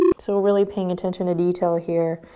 so we're really paying attention to detail here,